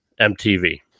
MTV